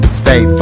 stay